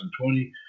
2020